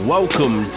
Welcome